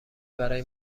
برای